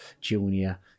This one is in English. Junior